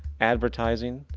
advertising,